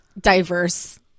diverse